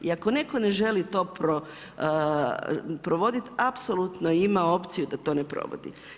I ako netko ne želi to provoditi, apsolutno ima opciju da to ne provodi.